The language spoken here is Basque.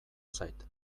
zait